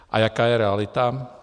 A jaká je realita?